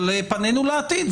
אבל פנינו לעתיד.